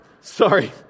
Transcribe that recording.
sorry